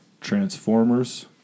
Transformers